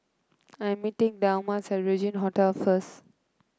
I am meeting Delmas at Regin Hotel first